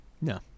No